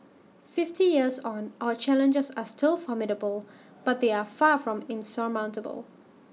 fifty years on our challenges are still formidable but they are far from insurmountable